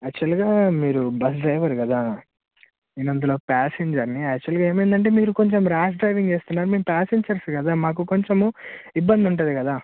యాక్చువల్గా మీరు bus driver కదా నేను అందులో ప్యాసింజర్ని యాక్చువల్గా ఏమైందంటే మీరు కొంచెం ర్యాష్ డ్రైవింగ్ చేస్తున్నారు మేం ప్యాసింజర్స్ కదా మాకు కొంచెము ఇబ్బంది ఉంటుంది కదా